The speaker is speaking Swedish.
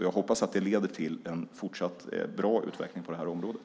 Jag hoppas att det leder till en fortsatt bra utveckling på området.